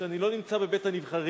שאני לא נמצא בבית-הנבחרים,